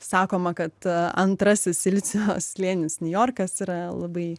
sakoma kad antrasis silicio slėnis niujorkas yra labai